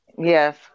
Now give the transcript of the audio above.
Yes